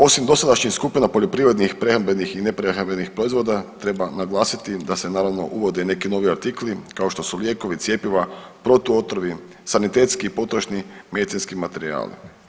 Osim dosadašnjih skupina poljoprivrednih prehrambenih i neprehrambenih proizvoda, treba naglasiti da se naravno, uvode i neki novi artikli, kao što su lijekovi, cjepiva, protuotrovi, sanitetski i potrošni medicinski materijali.